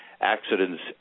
Accidents